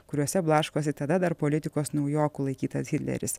kuriuose blaškosi tada dar politikos naujokų laikytas hitleris